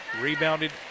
Rebounded